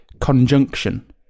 conjunction